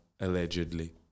allegedly